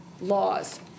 laws